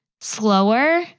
slower